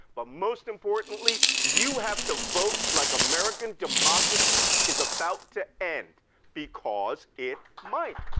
but most importantly, you have to vote like american democracy is about to end because it might.